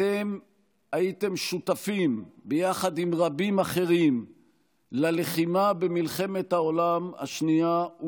אתם הייתם שותפים יחד עם רבים אחרים ללחימה במלחמת העולם השנייה,